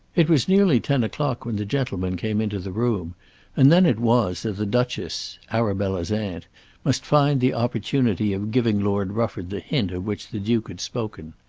it was nearly ten o'clock when the gentlemen came into the room and then it was that the duchess arabella's aunt must find the opportunity of giving lord rufford the hint of which the duke had spoken.